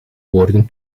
woorden